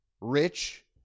Rich